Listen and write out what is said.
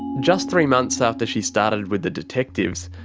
just three months after she started with the detectives,